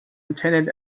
ardent